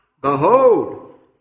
Behold